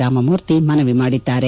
ರಾಮಮೂರ್ತಿ ಮನವಿ ಮಾಡಿದ್ದಾರೆ